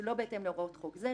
שלא בהתאם להוראות חוק זה,